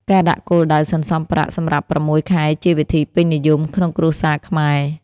ការដាក់គោលដៅសន្សុំប្រាក់សម្រាប់៦ខែជាវិធីពេញនិយមក្នុងគ្រួសារខ្មែរ។